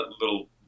little